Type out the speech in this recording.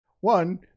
one